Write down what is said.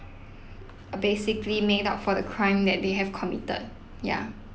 basically made up for the crime that they have committed ya